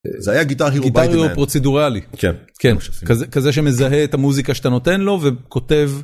זה היה גיטר הירו פרוצדורלי, כזה שמזהה את המוזיקה שאתה נותן לו וכותב.